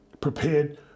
prepared